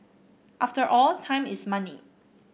after all time is money